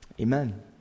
Amen